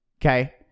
Okay